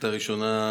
השאילתה הראשונה,